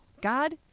God